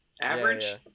average